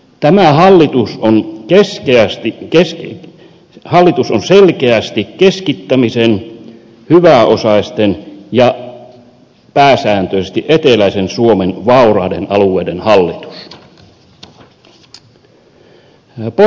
tämä hallitus on jo selkeästi kirsi hallitus on selkeästi keskittämisen hyväosaisten ja pääsääntöisesti eteläisen suomen vauraiden alueiden hallitus